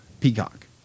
peacock